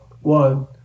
one